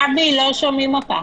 יעקב, לא שומעים אותה.